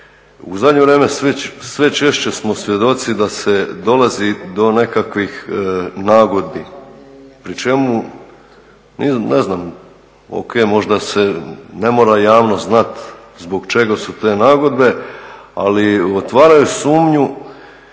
U zadnje vrijeme sve češće smo svjedoci da se dolazi do nekakvih nagodbi pri čemu ne znam, O.K., možda se, ne mora javnost znati zbog čega su te nagodbe ali otvaraju sumnju